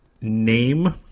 name –